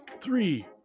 three